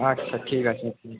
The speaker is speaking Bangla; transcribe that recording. আচ্ছা ঠিক আছে হুম